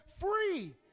free